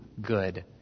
good